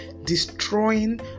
destroying